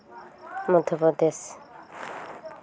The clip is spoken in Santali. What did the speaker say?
ᱢᱚᱫᱽᱫᱷᱚᱯᱨᱚᱫᱮᱥ